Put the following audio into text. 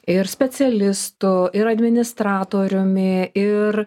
ir specialistu ir administratoriumi ir